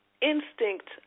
instinct